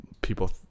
people